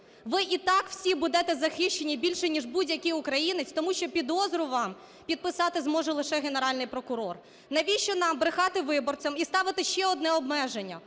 Ви і так всі будете захищені більше, ніж будь-який українець. Тому що підозру вам підписати зможе лише Генеральний прокурор. Навіщо нам брехати виборцям і ставити ще одне обмеження